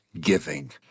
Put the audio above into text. giving